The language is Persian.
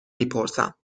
میپرسم